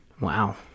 Wow